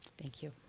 thank you.